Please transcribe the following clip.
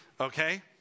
Okay